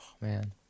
man